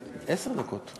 עשר דקות.